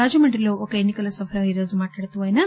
రాజమండ్రిలో ఒక ఎన్ని కల సభలో మాట్లాడుతూ ఆయన